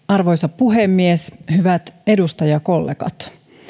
arvoisa puhemies hyvät edustajakollegat